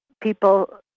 people